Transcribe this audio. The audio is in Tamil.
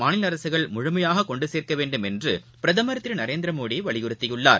மாநிலஅரசுகள் முழுமையாககொண்டுசேர்க்கவேண்டும் என்றபிரதமர் திருநரேந்திரமோடிவலியுறுத்தியுள்ளார்